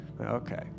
Okay